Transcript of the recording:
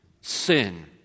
sin